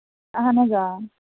اَہن حظ آ